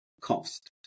cost